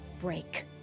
break